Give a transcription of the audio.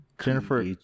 Jennifer